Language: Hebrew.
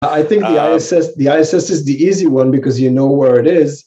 I think the ISS is the easy one because you know where it is.